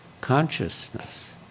consciousness